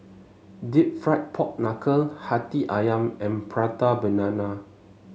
deep fried Pork Knuckle hati ayam and Prata Banana